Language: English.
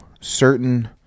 certain